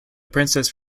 princess